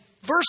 verse